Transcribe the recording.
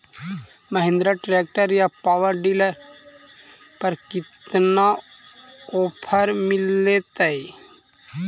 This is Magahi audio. महिन्द्रा ट्रैक्टर या पाबर डीलर पर कितना ओफर मीलेतय?